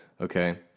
Okay